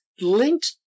linked